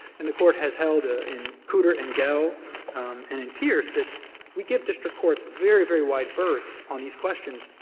and the court has held ah in cooter and gell and in pierce that we give district courts very, very wide berth on these questions,